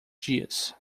dias